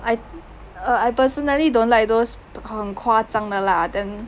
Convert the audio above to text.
I uh I personally don't like those 很夸张的 lah then